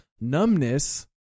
Numbness